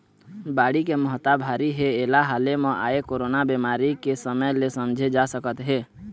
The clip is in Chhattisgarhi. बाड़ी के महत्ता भारी हे एला हाले म आए कोरोना बेमारी के समे ले समझे जा सकत हे